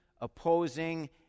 opposing